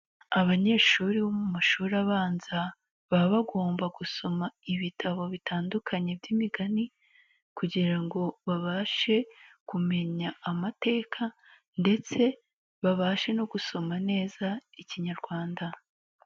Abanyeshuri bo mu mashuri abanza baba bagomba gusoma ibitabo bitandukanye by'imigani ,kugira ngo babashe kumenya amateka ndetse babashe no gusoma neza Ikinyarwanda.